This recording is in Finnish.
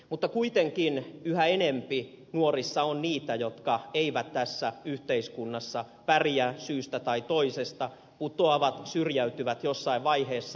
mutta kuitenkin yhä enempi nuorissa on niitä jotka eivät tässä yhteiskunnassa pärjää syystä tai toisesta putoavat syrjäytyvät jossain vaiheessa